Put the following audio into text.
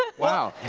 ah wow.